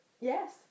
Yes